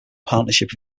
partnership